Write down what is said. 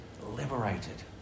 liberated